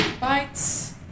Bites